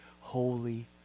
holy